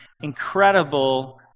incredible